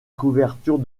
couverture